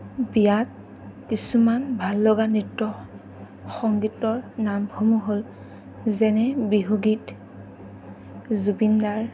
বিয়াত কিছুমান ভাল লগা নৃত্য সংগীতৰ নামসমূহ হ'ল যেনে বিহু গীত জুবিন গাৰ্গ